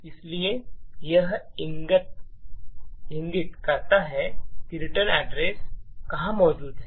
इसलिए यह इंगित करता है कि रिटर्न एड्रेस कहां मौजूद है